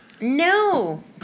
No